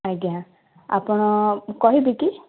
ଆଜ୍ଞା ଆପଣ କହିବେ କି